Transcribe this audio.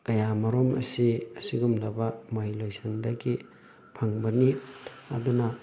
ꯀꯌꯥ ꯃꯔꯨꯝ ꯑꯁꯤ ꯑꯁꯤꯒꯨꯝꯂꯕ ꯃꯍꯩ ꯂꯣꯏꯁꯪꯗꯒꯤ ꯐꯪꯕꯅꯤ ꯑꯗꯨꯅ